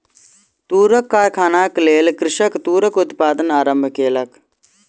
तूरक कारखानाक लेल कृषक तूरक उत्पादन आरम्भ केलक